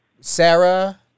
Sarah